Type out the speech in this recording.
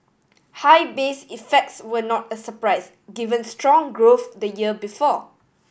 high base effects were not a surprise given strong growth the year before